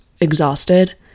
exhausted